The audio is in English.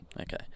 okay